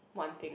one thing